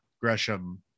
Gresham